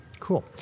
Cool